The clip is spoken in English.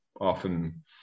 often